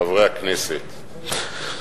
חברי הכנסת,